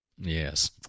Yes